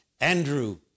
Andrew